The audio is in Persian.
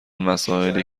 مسائلی